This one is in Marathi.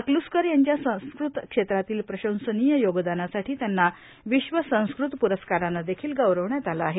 अकल्रसकर यांच्या संस्कृत क्षेत्रातील प्रसंशनिया योगदानासाठी त्यांना विश्वसंस्कृत पुरस्कारानं देखिल गौरविण्यात आलं आहे